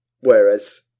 whereas